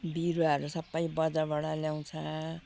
बिरुवाहरू सबै बजारबाट ल्याउँछ